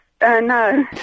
No